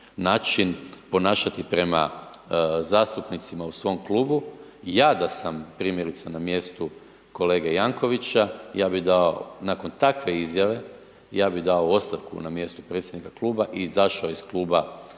način ponašati prema zastupnicima u svom klubu. Ja da sam, primjerice, na mjestu kolege Jankovicsa, ja bi dao nakon takve izjave, ja bi dao ostavku na mjesto predsjednika kluba i izašao iz Kluba